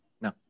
No